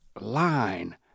line